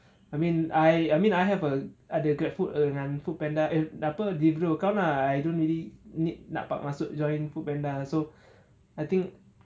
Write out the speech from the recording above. I mean I I mean I have a ada grabfood dengan foodpanda eh apa deliveroo account ah I don't really need dapat masuk joined foodpanda lah so I think